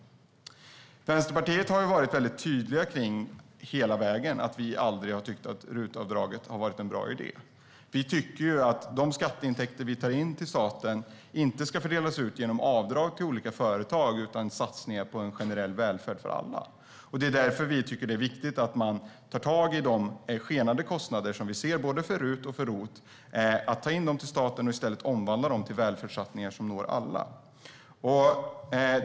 Vi i Vänsterpartiet har hela vägen varit väldigt tydliga med att vi aldrig har tyckt att RUT-avdraget är en bra idé. Vi tycker inte att de skatteintäkter vi tar in till staten ska fördelas ut genom avdrag till olika företag, utan de ska gå till satsningar på en generell välfärd för alla. Det är därför vi tycker att det är viktigt att man tar tag i de skenande kostnader vi ser för både RUT och ROT, tar in dem till staten och i stället omvandlar dem till välfärdssatsningar som når alla.